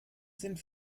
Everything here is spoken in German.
sind